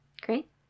Great